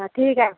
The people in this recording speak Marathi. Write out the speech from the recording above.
ठीक आहे